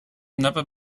never